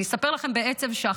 אספר לכם שאחרי